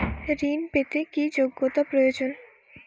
ঋণ পেতে কি যোগ্যতা প্রয়োজন?